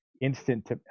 instant